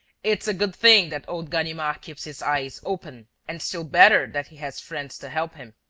it's a good thing that old ganimard keeps his eyes open and still better that he has friends to help him.